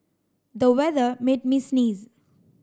the weather made me sneeze